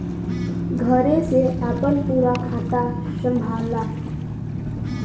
घरे से आपन पूरा खाता संभाला